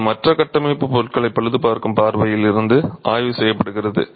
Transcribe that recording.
இது மற்ற கட்டமைப்பு பொருட்களை பழுதுபார்க்கும் பார்வையில் இருந்து ஆய்வு செய்யப்படுகிறது